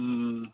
ওম